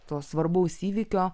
to svarbaus įvykio